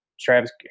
Travis